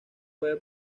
puede